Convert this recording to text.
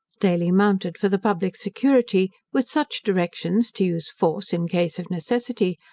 daily mounted for the public security, with such directions to use force, in case of necessity,